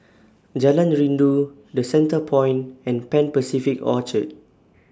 Jalan Rindu The Centrepoint and Pan Pacific Orchard